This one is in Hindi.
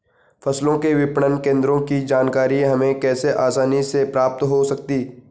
फसलों के विपणन केंद्रों की जानकारी हमें कैसे आसानी से प्राप्त हो सकती?